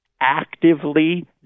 actively